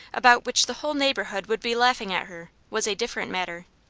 about which the whole neighbourhood would be laughing at her, was a different matter.